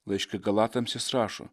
laiške galatams jis rašo